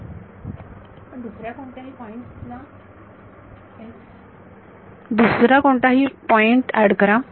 विद्यार्थी पण दुसर्या कोणत्याही पॉईंटस ला s दुसरा कोणताही पॉईंट एड करा